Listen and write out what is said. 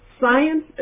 science